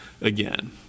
again